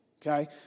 Okay